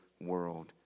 world